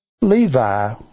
Levi